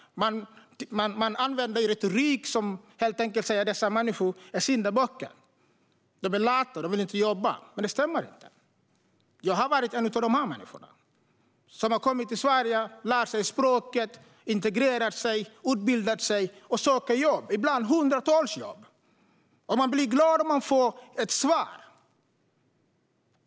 Man använder en retorik som gör dessa människor till syndabockar: De är lata och vill inte jobba. Men det stämmer inte. Jag har varit en av de människorna som har kommit till Sverige, lärt sig språket, integrerat sig och utbildat sig. De söker jobb, ibland hundratals jobb. De blir glada om de får ett svar.